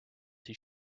his